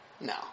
No